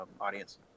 audience